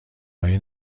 های